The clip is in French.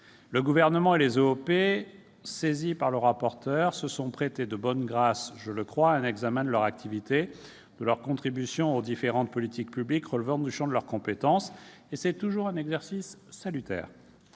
Le Gouvernement et les OEP saisis par le rapporteur se sont prêtés de bonne grâce à un examen de leur activité et de leur contribution aux différentes politiques publiques relevant de leur compétence. C'est toujours un exercice salutaire